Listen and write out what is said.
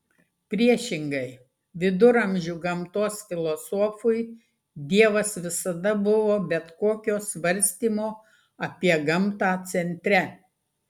priešingai viduramžių gamtos filosofui dievas visada buvo bet kokio svarstymo apie gamtą centre